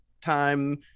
time